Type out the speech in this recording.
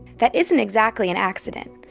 that isn't exactly an accident.